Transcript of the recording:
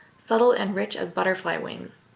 subtle and rich as butterfly wings.